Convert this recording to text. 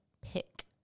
pick